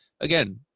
again